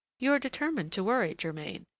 you're determined to worry, germain,